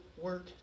work